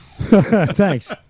thanks